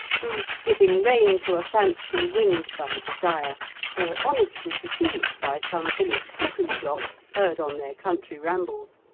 who, giving rein to a fancy winged by desire or honestly deceived by some village cuckoo clock heard on their country rambles,